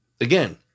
again